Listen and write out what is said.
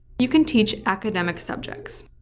you can teach academic subjects.